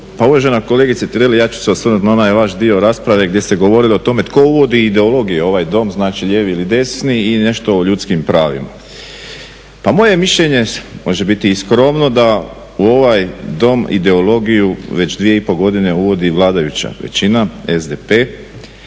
Pa uvažena kolegice Tireli ja ću se osvrnuti na onaj vaš dio rasprave gdje ste govorili o tome tko uvodi ideologije u ovaj Dom, znači lijevi ili desni i nešto o ljudskim pravima. Pa moje je mišljenje, može biti i skromno, da u ovaj Dom ideologiju već 2,5 godine uvodi vladajuća većina, SDP